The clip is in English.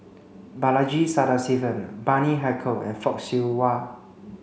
Balaji Sadasivan Bani Haykal and Fock Siew Wah